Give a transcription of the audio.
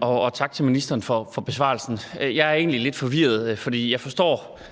Og tak til ministeren for besvarelsen. Jeg er egentlig lidt forvirret, for jeg forstår,